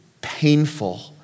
painful